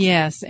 Yes